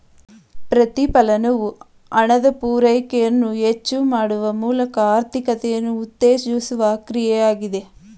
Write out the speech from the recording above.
ಪ್ರತಿಫಲನವು ಹಣದ ಪೂರೈಕೆಯನ್ನು ಹೆಚ್ಚು ಮಾಡುವ ಮೂಲಕ ಆರ್ಥಿಕತೆಯನ್ನು ಉತ್ತೇಜಿಸುವ ಕ್ರಿಯೆ ಆಗಿದೆ